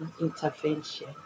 intervention